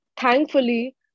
thankfully